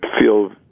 feel